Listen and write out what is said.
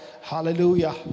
Hallelujah